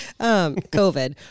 COVID